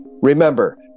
Remember